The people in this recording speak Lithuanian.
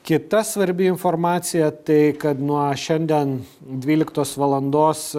kita svarbi informacija tai kad nuo šiandien dvyliktos valandos